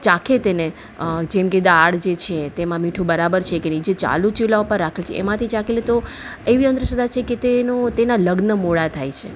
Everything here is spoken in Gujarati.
ચાખે તેને જેમકે દાળ જે છે તેમાં મીઠું બરાબર છે કે નહીં જે ચાલું ચૂલા ઉપર રાખે છે એમાંથી ચાખી લે તો એવી અંધશ્રદ્ધા છે કે તેનો તેનાં લગ્ન મોડાં થાય છે